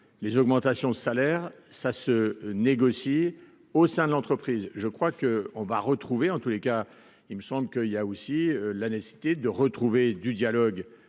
les augmentations de salaires, ça se négocie au sein de l'entreprise, je crois que on va retrouver en tous les cas, il me semble qu'il y a aussi la nécessité de retrouver du dialogue